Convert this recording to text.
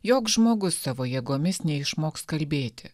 jog žmogus savo jėgomis neišmoks kalbėti